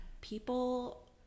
People